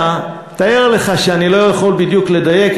תאר לך שאני לא יכול בדיוק לדייק,